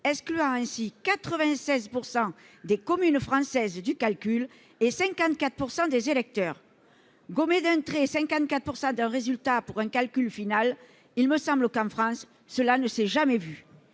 excluant ainsi du calcul 96 % des communes françaises et 54 % des électeurs. Gommer d'un trait 54 % d'un résultat pour un calcul final, il me semble que, en France, cela ne s'est jamais vu